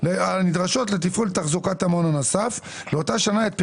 הנדרשות לתפעול ולתחזוקת המעון הנוסף לאותה שנה ואת פירוטן,